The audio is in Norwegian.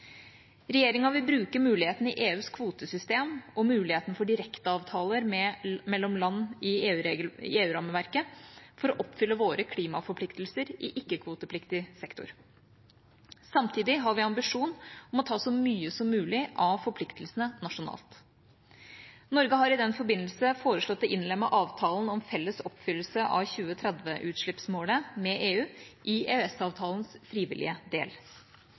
Regjeringa vil bruke muligheten i EUs kvotesystem og muligheten for direkteavtaler mellom land i EU-rammeverket for å oppfylle våre klimaforpliktelser i ikke-kvotepliktig sektor. Samtidig har vi en ambisjon om å ta så mye som mulig av forpliktelsene nasjonalt. Norge har i den forbindelse foreslått å innlemme avtalen om felles oppfyllelse av 2030-utslippsmålet med EU i EØS-avtalens frivillige del.